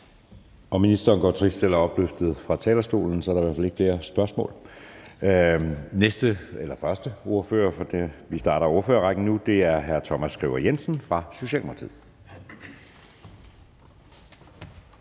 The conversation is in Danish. om ministeren går trist eller opløftet fra talerstolen, er der i hvert fald ikke flere spørgsmål. Så begynder vi på ordførerrækken, og den første ordfører er hr. Thomas Skriver Jensen fra Socialdemokratiet.